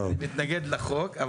אני מתנגד לחוק.